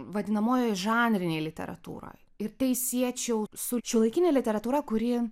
vadinamojoj žanrinėj literatūroj ir tai siečiau su šiuolaikine literatūra kuri